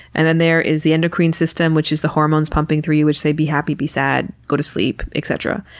and then there is the endocrine system which is the hormones pumping through you which say, be happy, be sad, go to sleep, et cetera.